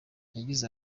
yarize